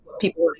People